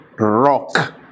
rock